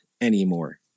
anymore